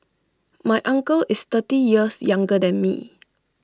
my uncle is thirty years younger than me